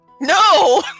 no